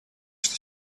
что